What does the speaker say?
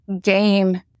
game